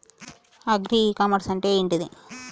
Agri e commerce అంటే ఏంటిది?